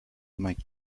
make